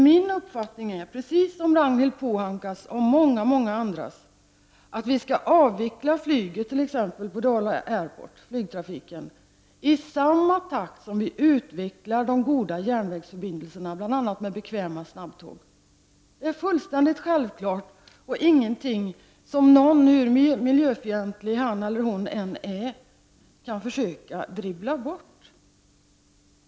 Min uppfattning är, precis som Ragnhild Pohankas och många andras, att vi skall avveckla flygtrafiken, t.ex. på Dala Airport, i samma takt-.som vi utvecklar de goda järnvägsförbindelserna, bl.a. med bekväma snabbtåg. Det är fullständigt självklart och ingenting som någon, hur miljöfientlig han eller hon än är, kan försöka dribbla bort.